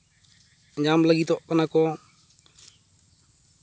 ᱧᱟᱢ ᱞᱟᱹᱜᱤᱫᱚᱜ ᱠᱟᱱᱟ ᱠᱚ